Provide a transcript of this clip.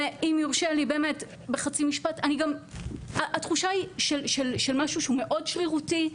ואם יורשה לי באמת בחצי משפט התחושה היא של משהו שהוא מאוד שרירותי,